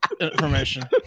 information